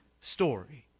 story